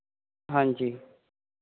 ਹਾਂਜੀ